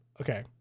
Okay